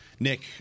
Nick